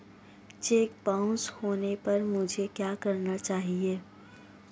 Check bounce होने पर मुझे क्या करना चाहिए?